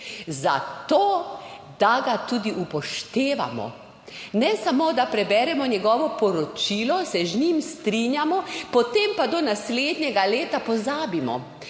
Zato, da ga tudi upoštevamo. Ne samo, da preberemo njegovo poročilo, se z njim strinjamo, potem pa do naslednjega leta pozabimo,